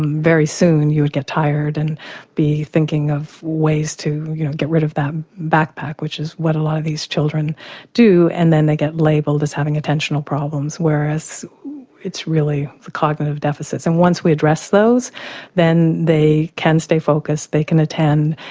very soon you'll get tired and be thinking of ways to get rid of that back-pack, which is what a lot of these children do, and then they get labelled as having attentional problems whereas it's really a cognitive deficit. so and once we address those then they can stay focussed, they can attend,